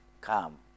come